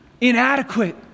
inadequate